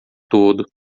todo